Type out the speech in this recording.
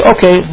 Okay